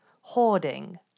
hoarding